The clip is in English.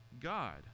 God